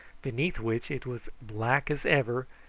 beneath which it was black as ever,